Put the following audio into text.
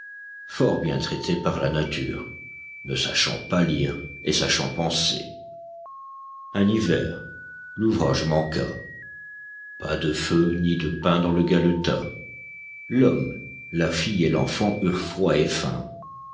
fort bien traité par la nature ne sachant pas lire et sachant penser un hiver l'ouvrage manqua pas de feu ni de pain dans le galetas l'homme la fille et l'enfant eurent froid et faim